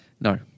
No